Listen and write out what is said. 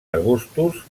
arbustos